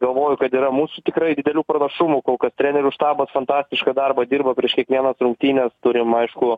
galvoju kad yra mūsų tikrai didelių pranašumų kol kas trenerių štabas fantastišką darbą dirba prieš kiekvienas rungtynes turim aišku